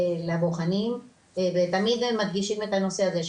לבוחנים ותמיד מדגישים את הנושא הזה,